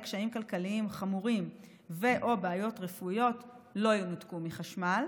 קשיים כלכליים חמורים ו/או בעיות רפואיות לא ינותקו מחשמל.